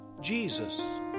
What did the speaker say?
Jesus